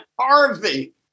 Harvey